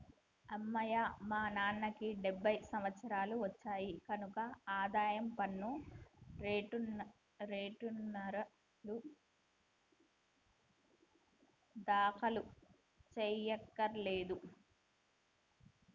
అమ్మయ్యా మా నాన్నకి డెబ్భై సంవత్సరాలు వచ్చాయి కనక ఆదాయ పన్ను రేటర్నులు దాఖలు చెయ్యక్కర్లేదులే